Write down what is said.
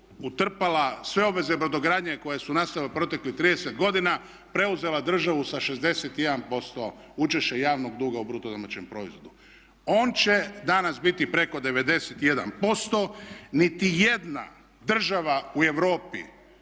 utrpala sve obveze brodogradnje koje su nastale u proteklih 30 godina, preuzela državu sa 61% učešća javnog duga u BDP-u. On će danas biti preko 91%. Nitijedna država u Europi